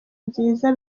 nziza